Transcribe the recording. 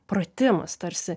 pratimas tarsi